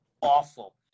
awful